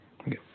Okay